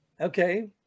Okay